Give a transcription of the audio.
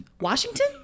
Washington